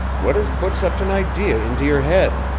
what has put such an idea into your head?